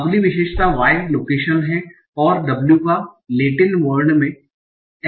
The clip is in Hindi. अगली विशेषता y लोकेशन है और w का लैटिन वर्ण में एक्स्टेंडेड लेग है